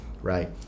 right